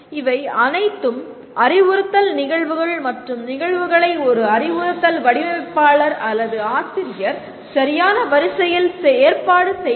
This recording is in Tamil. இவை அனைத்தும் அறிவுறுத்தல் நிகழ்வுகள் மற்றும் இந்த நிகழ்வுகளை ஒரு அறிவுறுத்தல் வடிவமைப்பாளர் அல்லது ஆசிரியர் சரியான வரிசையில் ஏற்பாடு செய்வார்